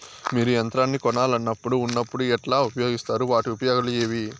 మీరు యంత్రాన్ని కొనాలన్నప్పుడు ఉన్నప్పుడు ఎట్లా ఉపయోగిస్తారు వాటి ఉపయోగాలు ఏవి?